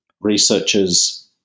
researchers